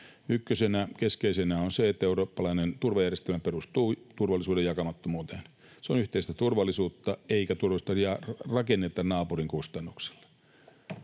Ykkösenä, keskeisenä, on se, että eurooppalainen turvajärjestelmä perustuu turvallisuuden jakamattomuuteen. Se on yhteistä turvallisuutta, eikä turvallisuutta rakennetta naapurin kustannuksella.